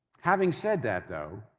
having said that though,